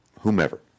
whomever